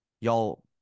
y'all